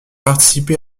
participé